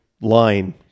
line